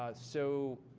ah so,